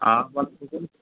آب واب چھُ